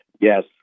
Yes